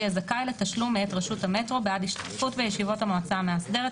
יהיה זכאי לתשלום מאת רשות המטרו בעד השתתפות בישיבות המועצה המאסדרת,